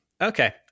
Okay